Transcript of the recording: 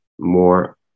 more